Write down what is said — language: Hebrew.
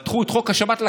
מתחו את חוק השב"כ לקצה.